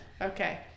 Okay